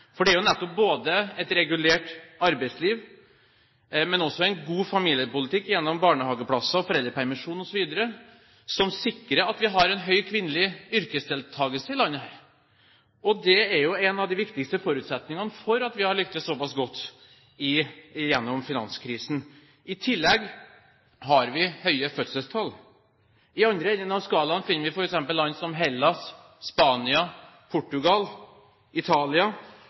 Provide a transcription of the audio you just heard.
Det er jo nettopp et regulert arbeidsliv, men også en god familiepolitikk gjennom barnehageplasser og foreldrepermisjon osv. som sikrer at vi har en høy kvinnelig yrkesdeltakelse i dette landet. Det er de viktigste forutsetningene for at vi har lyktes, at vi har kommet oss såpass godt gjennom finanskrisen. I tillegg har vi høye fødselstall. I den andre enden av skalaen finner vi f.eks. land som Hellas, Spania, Portugal og Italia,